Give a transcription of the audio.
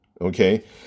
okay